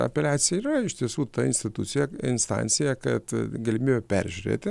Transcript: apeliacija yra iš tiesų ta institucija instancija kad galimybė peržiūrėti